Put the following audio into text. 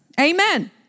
Amen